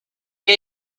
que